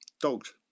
dogs